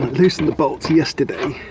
loosened the bolts yesterday.